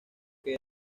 que